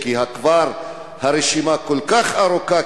כי הרשימה כבר כל כך ארוכה,